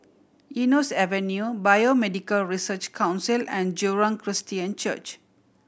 Eunos Avenue Biomedical Research Council and Jurong Christian Church